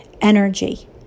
energy